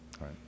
Right